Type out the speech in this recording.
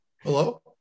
Hello